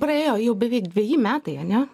praėjo jau beveik dveji metai ane